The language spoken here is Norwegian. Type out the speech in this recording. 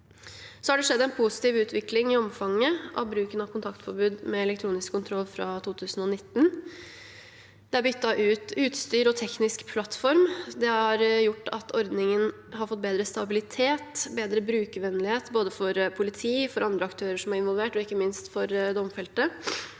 Så har det skjedd en positiv utvikling i omfanget av bruken av kontaktforbud med elektronisk kontroll fra 2019. Det er byttet ut utstyr og teknisk plattform. Det har gjort at ordningen har fått bedre stabilitet og bedre brukervennlighet for politi, for andre aktører som er involvert, og ikke minst for domfelte.